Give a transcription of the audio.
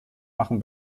machen